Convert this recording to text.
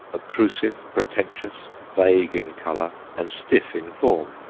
obtrusive, pretentious, vague in colour, and stiff in form.